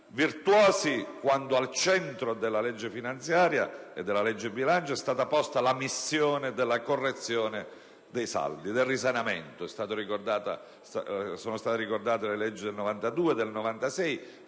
virtuosi quando al centro della legge finanziaria e della legge di bilancio è stata posta la missione della correzione dei saldi e del risanamento. Sono state ricordate le leggi del 1992 e del 1996,